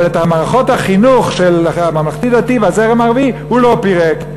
אבל את מערכות החינוך של הממלכתי-דתי והזרם הערבי הוא לא פירק,